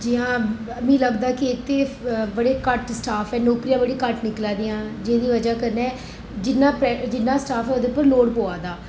जियां मी लभदा के इक ते बड़े घट्ट स्टाफ ऐ नौकरियां बड़ियां घट्ट निकला दियां जेह्दी बजह कन्नै जिन्ना जिनना स्टाफ ऐ ओह्दे उप्पर लोड पवा दा